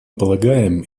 полагаем